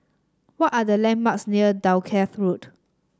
what are the landmarks near Dalkeith Road